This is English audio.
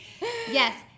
yes